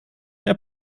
der